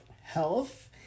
health